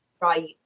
Right